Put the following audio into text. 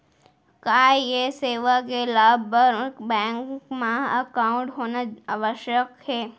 का ये सेवा के लाभ बर बैंक मा एकाउंट होना आवश्यक हे